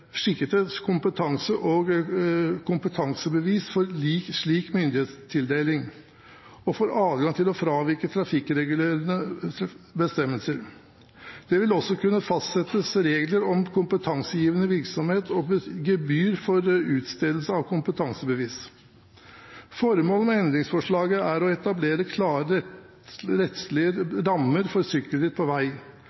kompetansebevis for slik myndighetstildeling og for adgang til å fravike trafikkregulerende bestemmelser. Det vil også kunne fastsettes regler om kompetansegivende virksomhet og gebyr for utstedelse av kompetansebevis. Formålet med endringsforslaget er å etablere klare rettslige